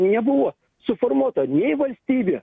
nebuvo suformuota nei valstybė